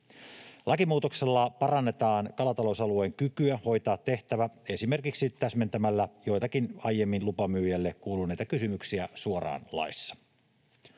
Lakimuutoksella parannetaan kalatalousalueen kykyä hoitaa tehtävä esimerkiksi täsmentämällä joitakin aiemmin lupamyyjälle kuuluneita kysymyksiä suoraan laissa.